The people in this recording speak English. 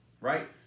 right